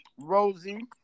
Rosie